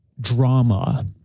drama